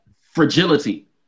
fragility